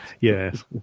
yes